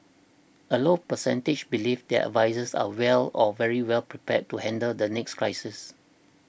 a low percentage believe their advisers are well or very well prepared to handle the next crisis